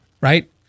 right